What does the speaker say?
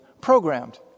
programmed